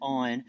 on